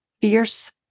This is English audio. fierce